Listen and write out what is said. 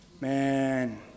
Man